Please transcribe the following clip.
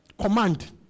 Command